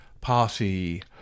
party